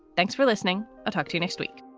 thanks for listening. i'll talk to you next week